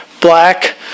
black